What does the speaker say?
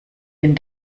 denn